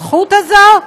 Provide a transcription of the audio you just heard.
הזכות הזאת,